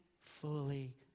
fully